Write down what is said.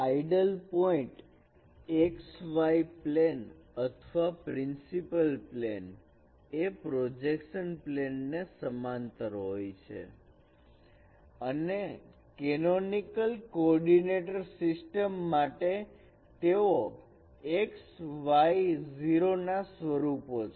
ideal point x y plane અથવા principal plane એ projection plane ને સમાંતર હોય છે અને કેનોનિકલ કોઓર્ડીનેટર સિસ્ટમ માટે તેઓ x y 0 ના સ્વરૂપો છે